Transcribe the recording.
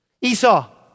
Esau